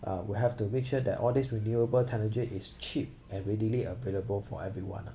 uh we have to make sure that all these renewable tech energy is cheap and readily available for everyone ah